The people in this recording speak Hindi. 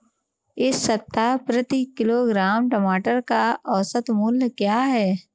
इस सप्ताह प्रति किलोग्राम टमाटर का औसत मूल्य क्या है?